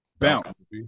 Bounce